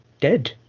dead